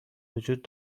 وجود